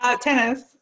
Tennis